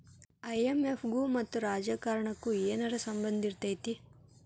IMF ಗು ಮತ್ತ ರಾಜಕಾರಣಕ್ಕು ಏನರ ಸಂಭಂದಿರ್ತೇತಿ?